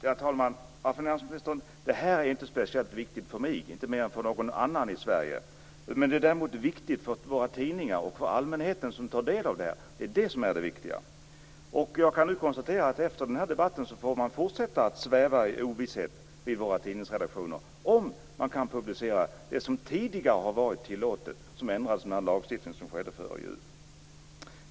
Fru talman! Finansministern! Det här är inte speciellt viktigt för mig - inte mer än för någon annan i Sverige. Men det är däremot viktigt för våra tidningar och för allmänheten som tar del av detta. Det är det viktiga. Jag kan nu konstatera att man efter den här debatten får fortsätta att sväva i ovisshet vid våra tidningsredaktioner om man kan publicera det som tidigare har varit tillåtet, men som ändrades genom den lagstiftning som skedde före jul.